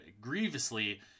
grievously